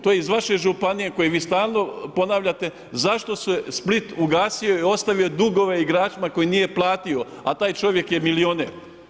To je iz vaše županije koje vi stalno ponavljate, zašto se Split ugasio i ostavio dugove igračima koji nije platio, a taj čovjek je milioner?